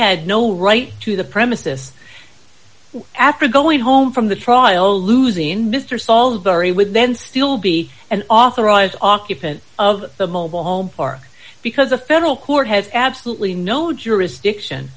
had no right to the premises after going home from the trial losing mr solidary would then still be an authorised occupant of the mobile home park because a federal court has absolutely no jurisdiction